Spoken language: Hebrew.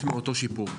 מאותו שיפור,